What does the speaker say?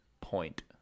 point